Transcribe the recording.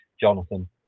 jonathan